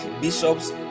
bishops